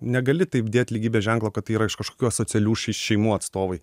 negali taip dėt lygybės ženklo kad tai yra iš kažkokių asocialių šei šeimų atstovai